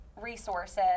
resources